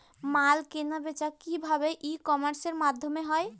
মাল কেনাবেচা কি ভাবে ই কমার্সের মাধ্যমে হয়?